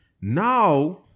Now